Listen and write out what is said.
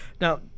Now